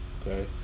Okay